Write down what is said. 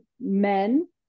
men